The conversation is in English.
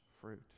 fruit